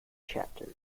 chapters